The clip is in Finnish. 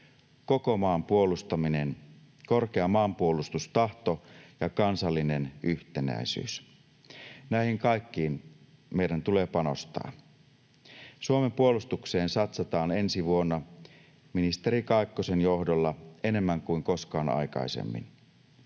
koko maan puolustaminen, korkea maanpuolustustahto ja kansallinen yhtenäisyys. Näihin kaikkiin meidän tulee panostaa. Suomen puolustukseen satsataan ensi vuonna ministeri Kaikkosen johdolla enemmän kuin koskaan aikaisemmin.